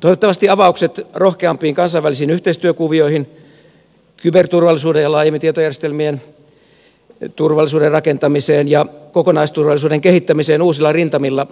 toivottavasti avaukset rohkeampiin kansainvälisiin yhteistyökuvioihin kyberturvallisuuden ja laajemmin tietojärjestelmien turvallisuuden rakentamiseen ja kokonaisturvallisuuden kehittämiseen uusilla rintamilla